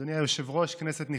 אדוני היושב-ראש, כנסת נכבדה,